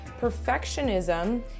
Perfectionism